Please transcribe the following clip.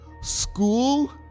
school